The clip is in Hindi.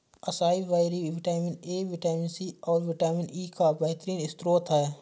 acai berry vitamin A, vitamin C, और विटामिन ई का बेहतरीन स्त्रोत है